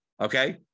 Okay